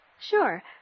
Sure